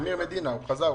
הוא חזר.